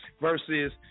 versus